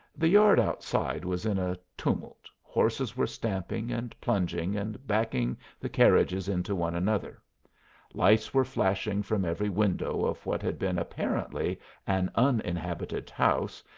the yard outside was in a tumult, horses were stamping, and plunging, and backing the carriages into one another lights were flashing from every window of what had been apparently an uninhabited house,